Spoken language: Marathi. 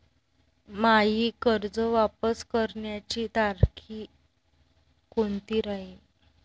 मायी कर्ज वापस करण्याची तारखी कोनती राहीन?